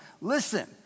listen